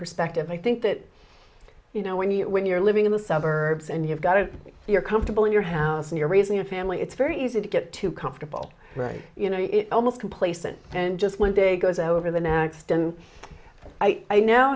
perspective i think that you know when you're when you're living in the suburbs and you've got it you're comfortable in your house and you're raising a family it's very easy to get too comfortable right you know almost complacent and just one day goes over the next and i now